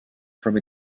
from